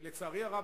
לצערי הרב,